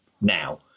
now